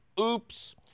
oops